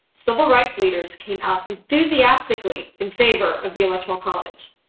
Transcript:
civil rights leaders came out enthusiastically in favor of the electoral college.